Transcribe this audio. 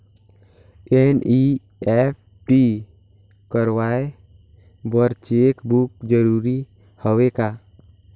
NEFT कराय बर cheque book जरूरी हवय का?